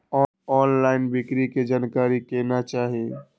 Online बिक्री के जानकारी केना चाही?